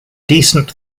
decent